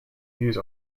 use